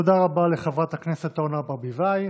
תודה רבה לחברת הכנסת אורנה ברביבאי.